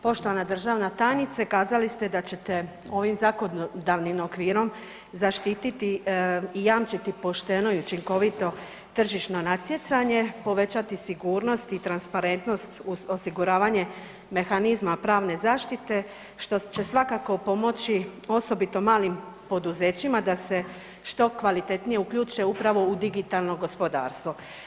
Poštovana državna tajnice, kazali ste da ćete ovim zakonodavnim okvirom zaštititi i jamčiti pošteno i učinkovito tržišno natjecanje, povećati sigurnost i transparentnost, osiguravanje mehanizma pravne zaštite što će svakako pomoći osobito malim poduzećima da se što kvalitetnije uključe upravo u digitalno gospodarstvo.